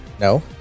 No